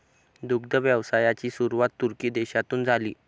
दुग्ध व्यवसायाची सुरुवात तुर्की देशातून झाली